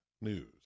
News